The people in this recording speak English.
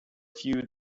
few